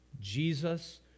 Jesus